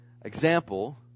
example